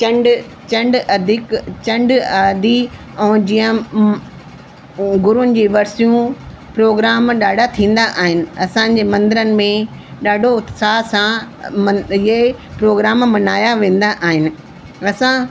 चंडु चंडु अधिक चंडु आदि ऐं जीअं गुरूनि जी वर्सियूं प्रोग्राम ॾाढा थींदा आहिनि असांजे मंदरनि में ॾाढो उत्साह सां मन इहे प्रोग्राम मनाया वेंदा आहिनि असां